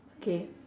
okay